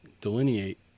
delineate